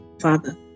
Father